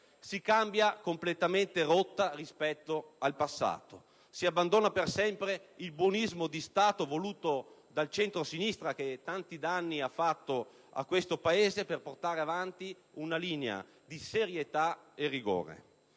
Si cambia completamente rotta rispetto al passato, si abbandona per sempre il buonismo di Stato voluto dal centrosinistra, che tanti danni ha fatto a questo Paese, per portare avanti una linea di serietà e di rigore.